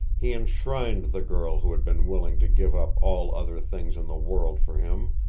he enshrined the girl who had been willing to give up all other things in the world for him,